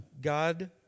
God